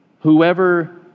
Whoever